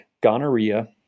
gonorrhea